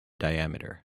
diameter